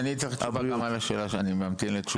אני צריך תשובה גם על השאלה שאני ממתין לתשובה.